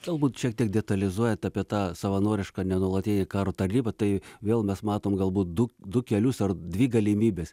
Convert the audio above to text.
galbūt šiek tiek detalizuojant apie tą savanorišką nenuolatinę karo tarnybą tai vėl mes matom galbūt du du kelius ar dvi galimybes